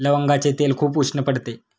लवंगाचे तेल खूप उष्ण पडते